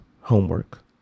homework